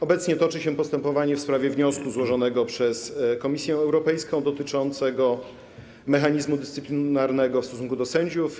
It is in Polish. Obecnie toczy się postępowanie w sprawie wniosku złożonego przez Komisję Europejską, dotyczącego mechanizmu dyscyplinarnego w stosunku do sędziów.